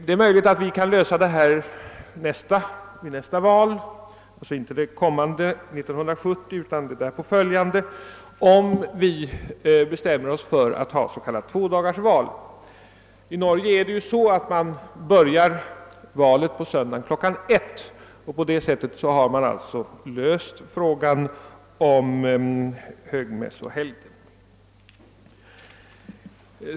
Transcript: Det är möjligt att vi kan lösa problemet — inte till 1970, men till därpå följande val — genom att införa s.k. tvådagarsval. I Norge börjar man valet på söndagen kl. 13 och har på det sättet löst frågan om högmässohelgden.